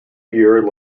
year